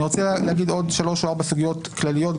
אני רוצה להגיד עוד שלוש או ארבע סוגיות כלליות,